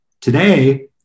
today